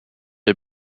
are